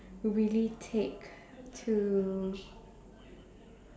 really take to